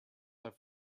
have